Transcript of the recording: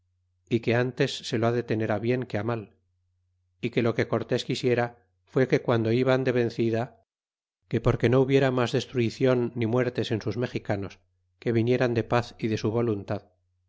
é que nts se lo ha de tener á bien que á mal é que o que cortés quisiera fué que piando iban de vencida que porque no hubiera mas destruicion ni muertes en sus mexicanos que vinieran de paz y de su voluntad